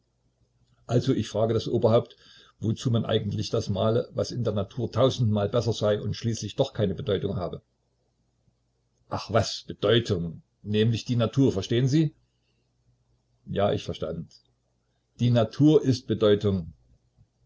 also ich frage das oberhaupt wozu man eigentlich das male was in der natur tausendmal besser sei und schließlich doch keine bedeutung habe ach was bedeutung nämlich die natur verstehen sie ja ich verstand die natur ist bedeutung